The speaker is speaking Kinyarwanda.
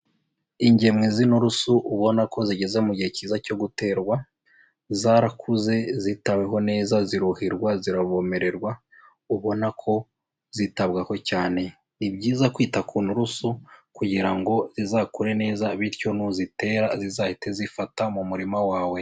Ingemwe z'inturusu ubona ko zigeze mu gihe kiza cyo guterwa; zarakuze, zitaweho neza, ziruhirwa ziravomererwa, ubona ko zitabwaho cyane. Ni byiza kwita ku nturusu kugira ngo zizakure neza, bityo nuzitera zizahite zifata mu murima wawe.